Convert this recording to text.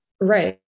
Right